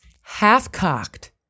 half-cocked